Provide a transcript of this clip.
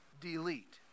delete